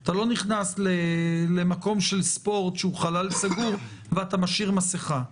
אתה לא נכנס למקום של ספורט שהוא חלל סגור ואתה משאיר מסכה.